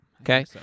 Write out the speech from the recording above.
Okay